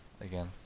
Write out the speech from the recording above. again